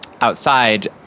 outside